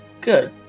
good